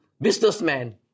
businessman